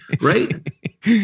right